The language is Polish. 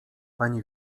pani